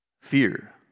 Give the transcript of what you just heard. Fear